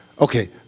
Okay